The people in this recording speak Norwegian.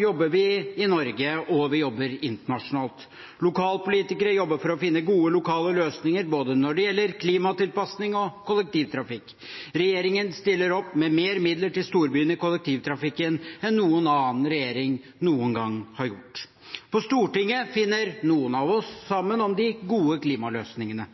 jobber vi i Norge, og vi jobber internasjonalt. Lokalpolitikere jobber for å finne gode lokale løsninger, når det gjelder både klimatilpasning og kollektivtrafikk. Regjeringen stiller opp med mer midler til kollektivtrafikken i storbyene enn noen annen regjering noen gang har gjort. På Stortinget finner noen av oss sammen om de gode klimaløsningene.